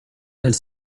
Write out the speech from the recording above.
elle